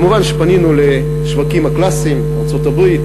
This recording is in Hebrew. מובן שפנינו לשווקים הקלאסיים: ארצות-הברית,